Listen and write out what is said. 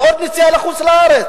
לעוד נסיעה לחוץ-לארץ?